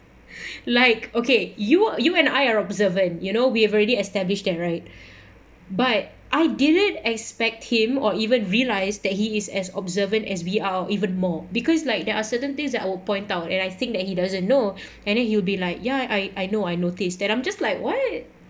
like okay you you and I are observant you know we have already established that right but I didn't expect him or even realised that he is as observant as we are or even more because like there are certain things that I will point out and I think that he doesn't know and then he'll be like ya I know I noticed that I'm just like what